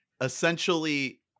essentially